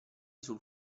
sul